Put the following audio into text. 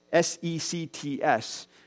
sects